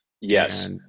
Yes